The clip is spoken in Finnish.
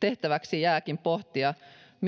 tehtäväksi jääkin pohtia